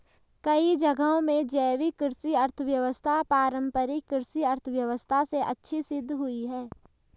कई जगहों में जैविक कृषि अर्थव्यवस्था पारम्परिक कृषि अर्थव्यवस्था से अच्छी सिद्ध हुई है